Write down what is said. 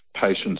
patients